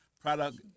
Product